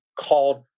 called